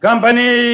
Company